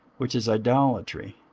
which is idolatry